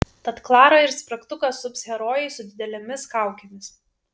tad klarą ir spragtuką sups herojai su didelėmis kaukėmis